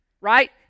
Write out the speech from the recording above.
Right